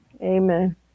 amen